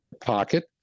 pocket